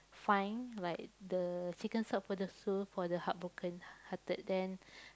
find like the chicken soup for the soul for the heartbroken hearted then